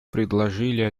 предложили